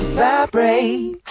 vibrate